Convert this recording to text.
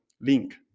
link